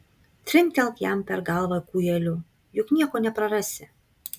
trinktelk jam per galvą kūjeliu juk nieko neprarasi